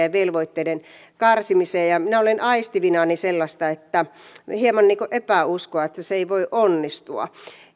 ja velvoitteiden karsimisesta ja minä olen aistivinani sellaista hieman niin kuin epäuskoa että se ei voi onnistua